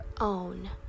own